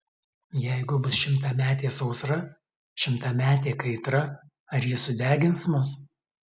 jeigu bus šimtametė sausra šimtametė kaitra ar ji sudegins mus